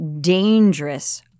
dangerous